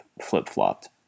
Flip-flopped